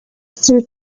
sir